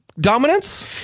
dominance